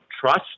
trust